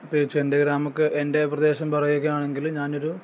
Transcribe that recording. തീർച്ചയായും എന്റെ ഈ ഗ്രാമക്ക് എൻ്റെ ഈ പ്രദേശം പറയുകയാണെങ്കിൽ ഞാനൊരു